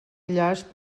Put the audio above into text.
llast